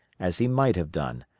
as he might have done,